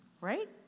right